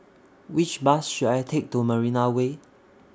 Which Bus should I Take to Marina Way